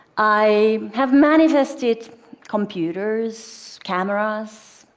i have manifested computers, cameras,